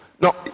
No